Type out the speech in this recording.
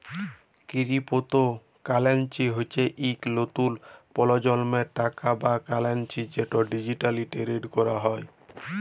crypto currency হচ্যে ইকট লতুল পরজলমের টাকা বা কারেলসি যেট ডিজিটালি টেরেড ক্যরা হয়